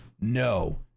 no